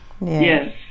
Yes